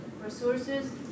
resources